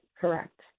correct